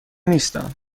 نیستم